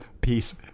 Peace